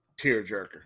tearjerker